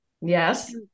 yes